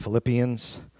Philippians